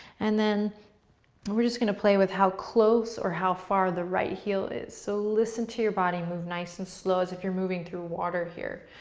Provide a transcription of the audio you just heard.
and then we're just gonna play with how close or how far the right heel is. so listen to your body, move nice and slow as if you're moving through water here.